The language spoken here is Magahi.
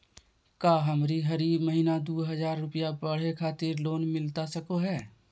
का हमरा हरी महीना दू हज़ार रुपया पढ़े खातिर लोन मिलता सको है?